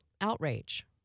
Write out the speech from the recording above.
outrage